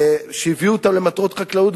שהביאו אותם למטרות חקלאות,